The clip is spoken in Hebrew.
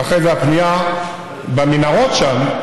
ואחרי זה, הפנייה במנהרות שם,